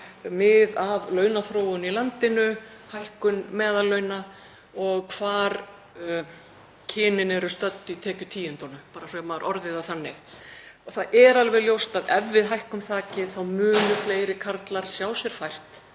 mið af launaþróun í landinu, hækkun meðallauna og hvar kynin eru stödd í tekjutíundunum, svo að maður orði það þannig. Það er alveg ljóst að ef við hækkum þakið þá munu fleiri karlar sjá sér fært